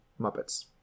Muppets